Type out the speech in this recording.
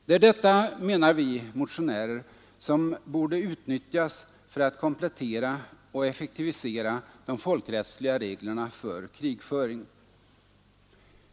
Det är detta, menar vi motionärer, som borde utnyttjas för att komplettera och effektivisera de folkrättsliga reglerna för krigföring.